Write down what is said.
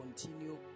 continue